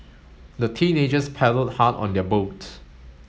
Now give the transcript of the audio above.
the teenagers paddled hard on their boat